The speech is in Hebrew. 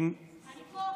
אם, אני פה.